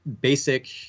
basic